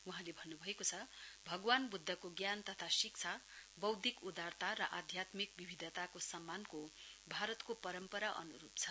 वहाँले भन्न् भएको छ भगवान् ब्द्धको ज्ञान तथा शिक्षा बौद्धिक उदारता र आध्यात्मिक विविधताको सम्मानको भारतको परम्परा अनुरूप छ